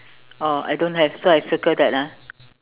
oh I don't have so I circle that ah